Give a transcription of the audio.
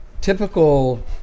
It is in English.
typical